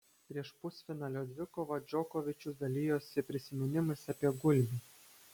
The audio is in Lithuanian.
prieš pusfinalio dvikovą džokovičius dalijosi prisiminimais apie gulbį